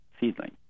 seedling